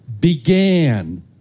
began